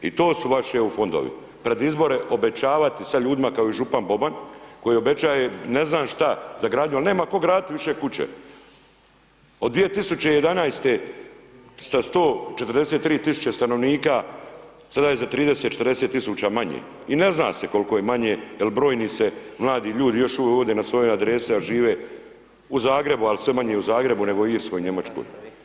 I to su vaši EU fondovi, pred izbore obećavati sad ljudima kao i Župan Boban koji obećaje ne znam šta za gradnju, al' nema tko gradit više kuće, od 2011. sa 143.000 stanovnika, sada je za 30.000, 40.000 manje, i ne zna se kol'ko je manje jer brojni se mladi ljudi još uvijek vode na svoje adrese, a žive u Zagrebu, al' sve manje i u Zagrebu, nego u Irskoj, Njemačkoj.